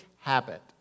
habit